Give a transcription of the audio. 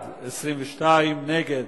אתה,